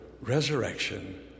Resurrection